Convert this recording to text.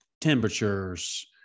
temperatures